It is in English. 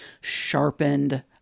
sharpened